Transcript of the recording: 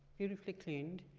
beautifully cleaned,